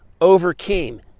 overcame